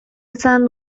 izan